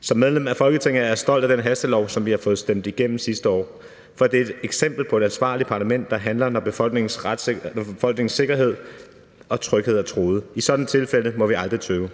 Som medlem af Folketinget er jeg stolt af den hastelov, som vi fik stemt igennem sidste år, for det er et eksempel på et ansvarligt parlament, der handler, når befolkningens sikkerhed og tryghed er truet. I sådanne tilfælde må vi aldrig tøve.